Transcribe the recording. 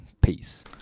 peace